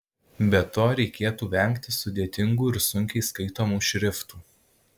be to reikėtų vengti sudėtingų ir sunkiai skaitomų šriftų